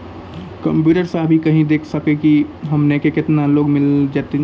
Computer सा भी कही देख सकी का की हमनी के केतना लोन मिल जैतिन?